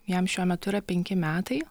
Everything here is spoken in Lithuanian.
jam šiuo metu yra penki metai